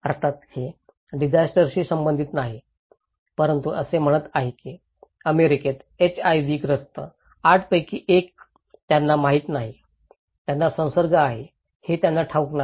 अर्थात हे डिजास्टरशी संबंधित नाही परंतु असे म्हणत आहे की अमेरिकेत एचआयव्ही ग्रस्त 8 पैकी 1 त्यांना माहित नाही त्यांना संसर्ग आहे हे त्यांना ठाऊक नाही